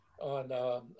on